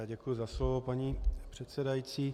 Děkuji za slovo, paní předsedající.